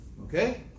Okay